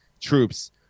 troops